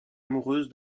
amoureuses